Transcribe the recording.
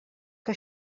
que